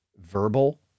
verbal